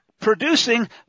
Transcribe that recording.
producing